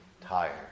tired